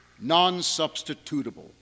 non-substitutable